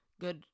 good